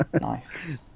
Nice